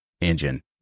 engine